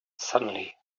suddenly